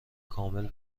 کامل